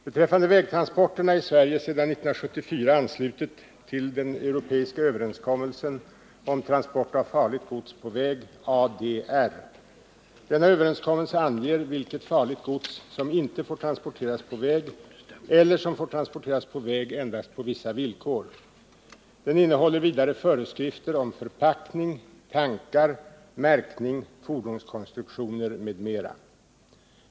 Beträffande vägtransporterna är Sverige sedan år 1974 anslutet till den europeiska överenskommelsen om transport av farligt gods på väg, ADR. Denna överenskommelse anger vilket farligt gods som inte får transporteras på väg eller som får transporteras på väg endast på vissa villkor. Den innehåller vidare föreskrifter om förpackning, tankar, märkning, fordonskonstruktioner m.m.